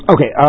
Okay